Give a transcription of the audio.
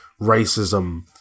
racism